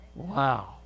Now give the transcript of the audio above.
Wow